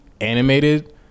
animated